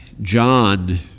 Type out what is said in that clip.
John